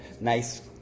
nice